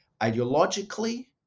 ideologically